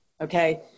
Okay